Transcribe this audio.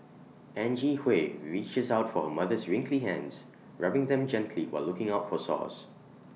Angie Hui reaches out for her mother's wrinkly hands rubbing them gently while looking out for sores